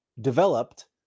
developed